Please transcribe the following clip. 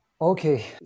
Okay